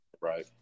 Right